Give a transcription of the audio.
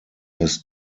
his